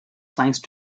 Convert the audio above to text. science